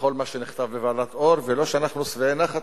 מכל מה שנכתב בוועדת-אור ולא שאנחנו שבעי נחת